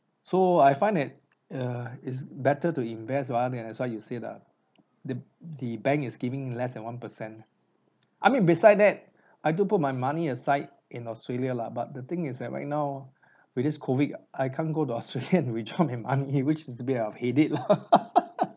so I find that err it's better to invest around like that's why you said ah that the bank is giving less than one percent I mean beside that I do put my money aside in australia lah but the thing is like right now with this COVID I can't go to australia and withdraw my money which is a bit of headache lah